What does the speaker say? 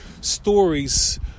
stories